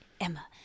Emma